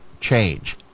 change